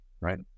right